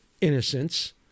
innocence